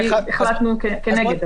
כי החלטנו כנגד.